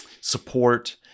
support